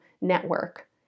network